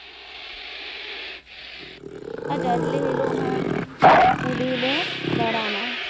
ᱟᱨ ᱡᱟᱡᱞᱮ ᱦᱤᱞᱳᱜ ᱦᱚᱸ ᱠᱩᱞᱦᱤ ᱞᱮ ᱫᱟᱬᱟᱱᱟ